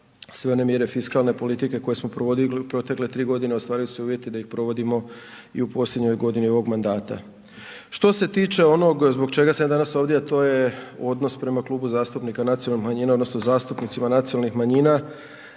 sve one mjere fiskalne politike koje smo provodili u protekle 3.g. ostvaruju se uvjeti da ih provodimo i u posljednjoj godini ovog mandata. Što se tiče onog zbog čega sam ja danas ovdje, a to je odnos prema Klubu zastupnika nacionalnih manjina odnosno zastupnicima nacionalnih manjima